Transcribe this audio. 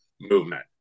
movement